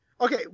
Okay